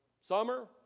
summer